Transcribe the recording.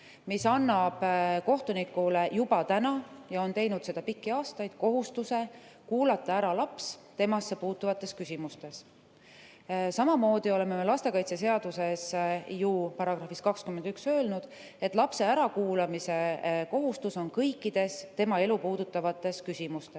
mis paneb kohtunikule, nagu see on olnud pikki aastaid, kohustuse kuulata ära laps temasse puutuvates küsimustes. Samamoodi oleme lastekaitseseaduse §-s 21 öelnud, et lapse ärakuulamise kohustus on kõikides tema elu puudutavates küsimustes.